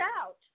out